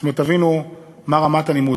זאת אומרת, תבינו מה רמת הלימוד.